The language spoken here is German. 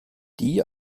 die